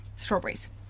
Strawberries